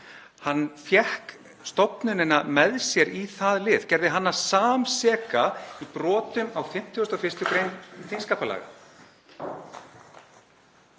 Hann fékk stofnunina með sér í það lið og gerði hana samseka í brotum á 51. gr. þingskapalaga.